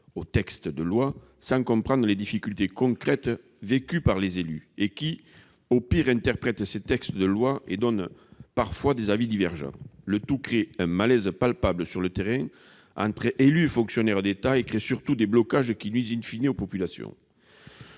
la lettre, sans comprendre les difficultés concrètes vécues par les élus, et qui, au pire, interprètent les textes et donnent parfois des avis divergents. Le tout crée un malaise palpable sur le terrain entre les élus et les fonctionnaires de l'État et induit surtout des blocages qui nuisent aux populations.